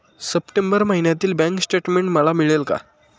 September महिन्यातील bank statement मला मिळेल का?